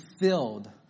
filled